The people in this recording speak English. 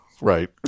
right